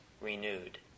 renewed